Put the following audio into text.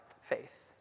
faith